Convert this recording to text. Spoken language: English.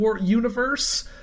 universe